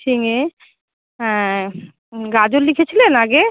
ঝিঙে গাজর লিখেছিলেন আগে